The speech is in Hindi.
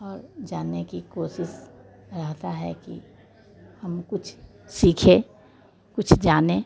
और जानने की कोशिश रहता है कि हम कुछ सीखे कुछ जाने